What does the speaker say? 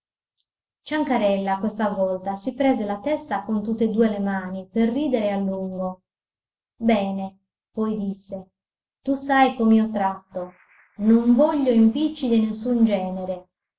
ciancarella questa volta si prese la testa con tutt'e due le mani per ridere a lungo bene poi disse tu sai com'io tratto non voglio impicci di nessun genere